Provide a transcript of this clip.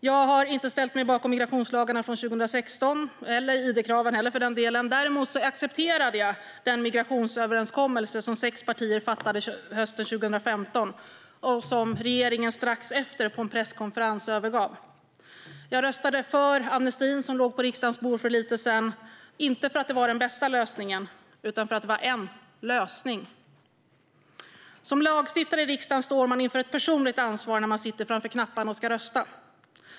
Jag har inte ställt mig bakom migrationslagarna från 2016 eller id-kraven. Däremot accepterade jag den migrationsöverenskommelse som sex partier ingick hösten 2015 och som regeringen strax efteråt, på en presskonferens, övergav. Jag röstade för amnestin som låg på riksdagens bord nyligen, inte för att det var den bästa lösningen utan för att det var en lösning. Som lagstiftare i riksdagen har man ett personligt ansvar när man sitter framför knapparna och ska rösta.